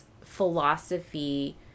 philosophy